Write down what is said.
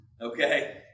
Okay